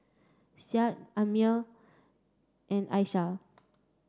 Syah Ammir and Aisyah